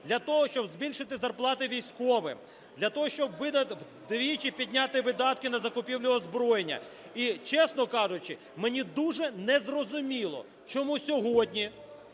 для того, щоб збільшити зарплати військовим, для того, щоб вдвічі підняти видатки на закупівлю озброєння. І, чесно кажучи, мені дуже незрозуміло, чому сьогодні